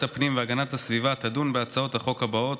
הפנים והגנת הסביבה תדון בהצעות החוק הבאות: